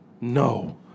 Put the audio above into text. No